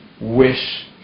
wish